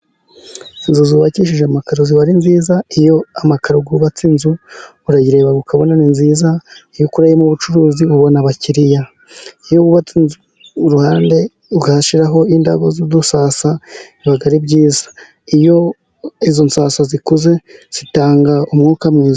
Inzu zubakishije amakararo ziba ari nziza, iyo amakaro yubatse inzu, urayireba ukabona ni nziza, iyo ukoreyemo ubucuruzi ubona abakiriya. Iyo wubatse inzu, iruhande ugashyiraho indabo z'udusasa, biba ari byiza. Iyo izo nsasa zikuze, zitanga umwuka mwiza.